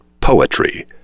poetry